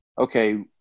okay